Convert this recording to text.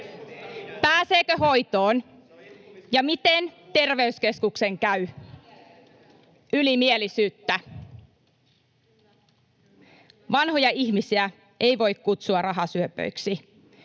pääseekö hoitoon ja miten terveyskeskuksen käy. Ylimielisyyttä. Vanhoja ihmisiä ei voi kutsua rahasyöpöiksi.